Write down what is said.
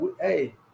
Hey